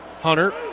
Hunter